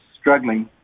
struggling